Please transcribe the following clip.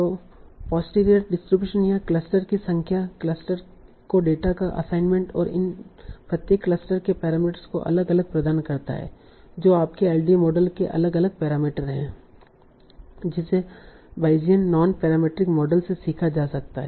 तो posterior distribution यहाँ cluster की संख्या क्लस्टर को डेटा का असाइनमेंट और इन प्रत्येक क्लस्टर के पैरामीटर्स को अलग अलग प्रदान करता है जो आपके एलडीए मॉडल के अलग अलग पैरामीटर हैं जिसे बायेसियन नॉन पैरामीट्रिक मॉडल से सीखा जा सकता है